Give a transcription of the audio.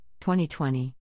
2020